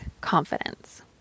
confidence